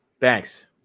Thanks